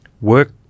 work